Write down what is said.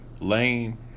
lame